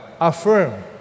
affirm